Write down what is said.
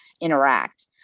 interact